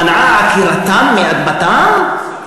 מנעה את עקירתם מאדמתם?